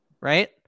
right